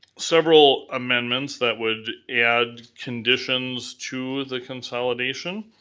several amendments that would add conditions to the consolidation.